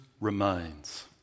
remains